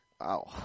Wow